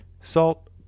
salt